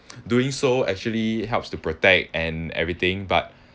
doing so actually helps to protect and everything but